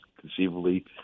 conceivably